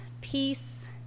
peace